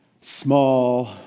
small